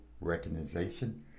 recognition